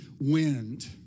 wind